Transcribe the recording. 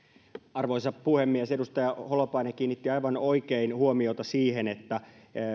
arvoisa puhemies edustaja holopainen kiinnitti aivan oikein huomiota siihen että